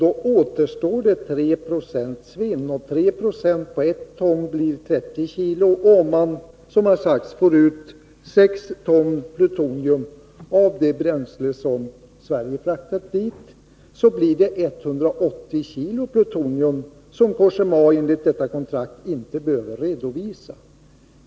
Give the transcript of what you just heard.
Då återstår 3 90 svinn. 3 Ze på ett ton blir 30 kg, och om man som har sagts får ut 6 ton plutonium av det bränsle som Sverige fraktat dit blir det 180 kg plutonium som Cogéma enligt detta kontrakt inte behöver redovisa.